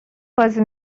بازی